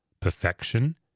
perfection